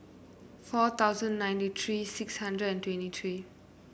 four thousand ninety three six hundred twenty three